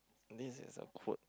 this is a quote